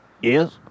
Yes